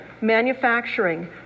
manufacturing